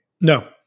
No